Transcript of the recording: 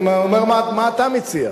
אני אומר מה אתה מציע,